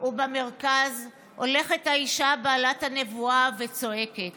ובמרכז הולכת האישה בעלת הנבואה וצועקת: